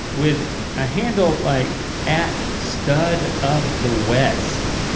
with a handle like at start of the west.